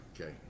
Okay